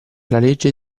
legge